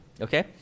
okay